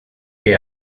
que